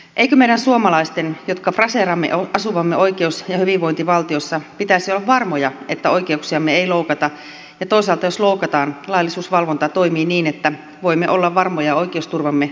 eikö meidän suomalaisten jotka fraseeraamme asuvamme oikeus ja hyvinvointivaltiossa pitäisi olla varmoja että oikeuksiamme ei loukata ja toisaalta jos loukataan että laillisuusvalvonta toimii niin että voimme olla varmoja oikeusturvamme toteutumisesta